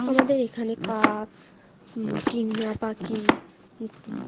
আমাদের এখানে কাক টিনা পাখি